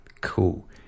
cool